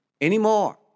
anymore